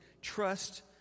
Trust